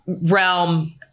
realm